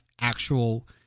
actual